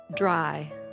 Dry